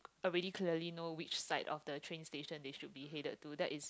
already clearly know which side of the train station they should be headed to that is